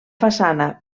façana